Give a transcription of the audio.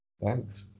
Thanks